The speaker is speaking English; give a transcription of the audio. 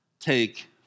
take